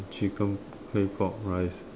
chicken clay pot rice